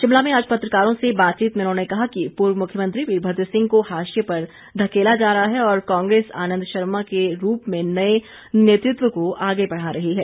शिमला में आज पत्रकारों से बातचीत में उन्होंने कहा कि पूर्व मुख्यमंत्री वीरभद्र सिंह को हाशिये पर धकेला जा रहा है और कांग्रेस आनंद शर्मा के रूप में नए नेतृत्व को आगे बढ़ा रही है